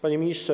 Panie Ministrze!